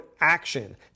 ACTION